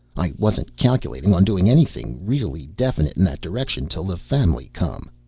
i wasn't calculating on doing anything really definite in that direction till the family come.